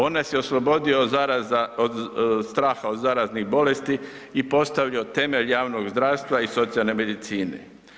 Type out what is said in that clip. On nas je oslobodio od zaraza, od straha od zaraznih bolesti i postavio temelj javnog zdravstva i socijalne medicine.